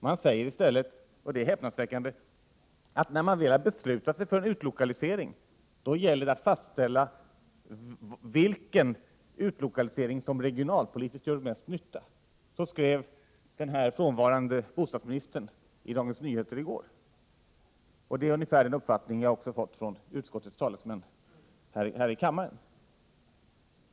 I stället säger man, vilket är häpnadsväckande, att när man väl har beslutat sig för en utlokalisering gäller det att fastställa vilken utlokalisering som regionalpolitiskt gör mest nytta. Så skrev den nu frånvarande bostadsministern i Dagens Nyheter i går. Och det är ungefär samma uppfattning som har utvecklats av utskottets talesmän här i kammaren.